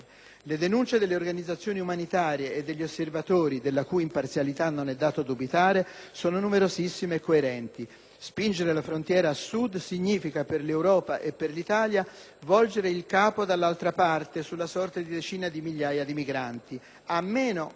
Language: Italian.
le denunce delle organizzazioni umanitarie e degli osservatori, della cui imparzialità non è dato dubitare, sono infatti numerosissime e coerenti. Spingere la frontiera a sud significa, per l'Europa e per l'Italia, volgere il capo dall'altra parte sulla sorte di decine di migliaia di migranti, a meno